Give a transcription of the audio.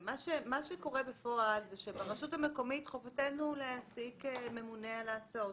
מה שקורה בפועל זה שברשות המקומית חובתנו להעסיק ממונה על ההסעות,